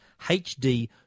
HD